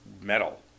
metal